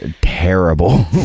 terrible